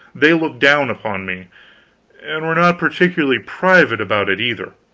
they looked down upon me and were not particularly private about it, either.